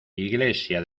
iglesia